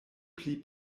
pli